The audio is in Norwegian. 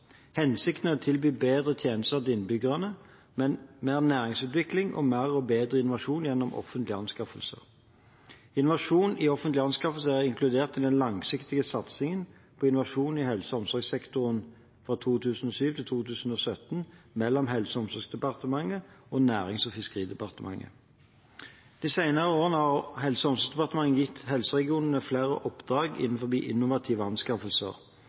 Hensikten er å tilby bedre tjenester til innbyggerne, mer næringsutvikling og mer og bedre innovasjon gjennom offentlige anskaffelser. Innovasjon i offentlige anskaffelser er inkludert i den langsiktige satsingen på innovasjon i helse- og omsorgssektoren – fra 2007 til 2017 – mellom Helse- og omsorgsdepartementet og Nærings- og fiskeridepartementet. De senere årene har Helse- og omsorgsdepartementet gitt helseregionene flere oppdrag om innovative anskaffelser.